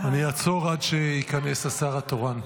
אני אעצור עד שייכנס השר התורן.